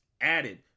added